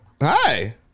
Hi